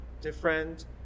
different